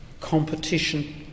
competition